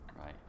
Right